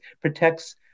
protects